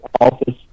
office